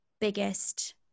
biggest